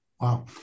Wow